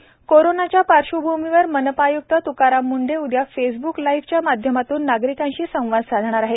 तुकाराम मुंढे मनपा कोरोनाच्या पार्श्वभूमीवर मनपा आयुक्त तुकाराम मुंढे उद्या फेसब्क लाईव्हच्या माध्यमातून नागरिकांशी संवाद साधणार आहेत